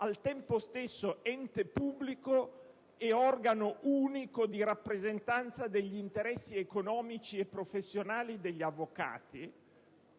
al tempo stesso ente pubblico e organo unico di rappresentanza degli interessi economici e professionali degli avvocati